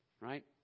right